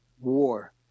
war